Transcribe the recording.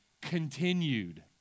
continued